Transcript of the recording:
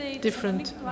different